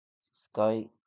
sky